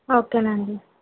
okay అండి